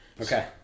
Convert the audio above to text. Okay